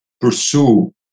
pursue